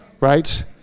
right